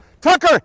Tucker